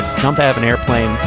jump out of an airplane,